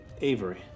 Avery